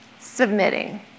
submitting